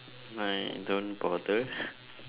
I don't bother